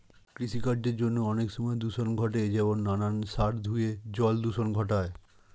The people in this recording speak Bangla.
কৃষিকার্যের জন্য অনেক সময় দূষণ ঘটে যেমন নানান সার ধুয়ে জল দূষণ ঘটায়